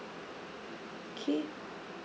okay